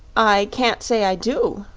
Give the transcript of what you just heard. i can't say i do,